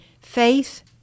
faith